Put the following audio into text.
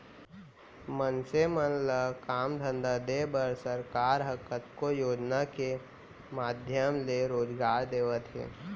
मनसे मन ल काम धंधा देय बर सरकार ह कतको योजना के माधियम ले रोजगार देवत हे